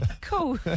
cool